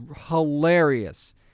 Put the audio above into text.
hilarious